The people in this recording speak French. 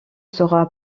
sera